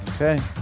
okay